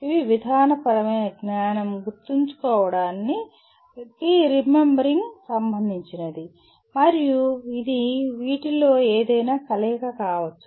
ఇవి విధానపరమైన జ్ఞానం గుర్తుంచుకోవడానికిరిమెంబర్ సంబంధించినది మరియు ఇది వీటిలో ఏదైనా కలయిక కావచ్చు